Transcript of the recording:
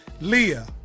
Leah